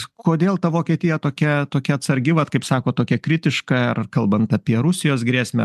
kodėl ta vokietija tokia tokia atsargi vat kaip sako tokia kritiška ar kalbant apie rusijos grėsmę